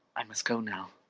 i must go now.